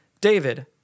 David